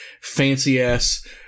fancy-ass